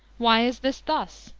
why is this thus?